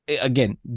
again